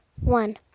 One